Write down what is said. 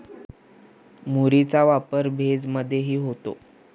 मुरीचा वापर भेज मधेही होतो